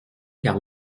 car